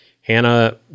Hannah